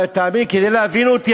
כדי להבין אותי,